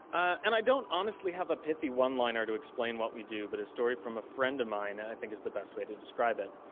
and i don't honestly have a pithy one-liner to explain what we do, but a story from a friend of mine i think is the best way to describe it.